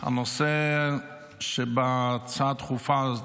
הנושא שבהצעה הדחופה,